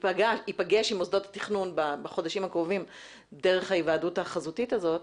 שייפגש עם מוסדות התכנון בחודשים הקרובים דרך ההיוועדות החזותית הזאת,